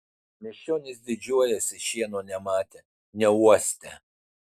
miesčionys didžiuojasi šieno nematę neuostę